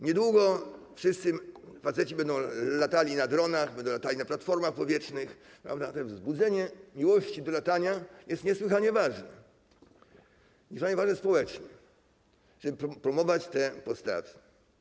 Niedługo wszyscy faceci będą latali na dronach, będą latali na platformach powietrznych, zatem wzbudzenie miłości do latania jest niesłychanie ważne, niesłychanie ważne społecznie jest to, żeby promować te postawy.